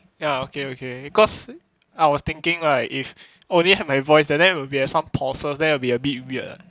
ya okay okay cause I was thinking right if only have my voice and then there will be some pauses then will be a bit weird